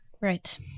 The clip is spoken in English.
Right